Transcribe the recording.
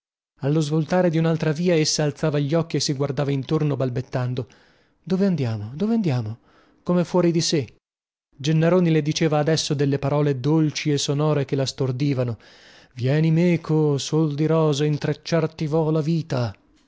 allo svoltare di unaltra via essa alzava gli occhi e si guardava intorno balbettando dove andiamo dove andiamo come fuori di sè gennaroni le diceva adesso delle parole dolci e sonore che la stordivano vieni meco sol di rose intrecciar ti vo la vita